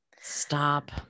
stop